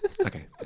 Okay